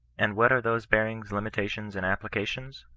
and what are those bearings, limitations, and applications?